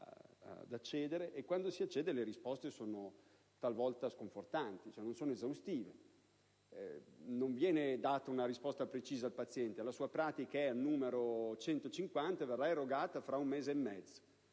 e quando si accede le risposte talvolta sono sconfortanti, non sono esaustive, non viene data una risposta precisa al paziente, del tipo: «La sua pratica è la n. 150 e verrà erogata fra un mese e mezzo».